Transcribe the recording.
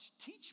teach